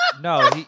No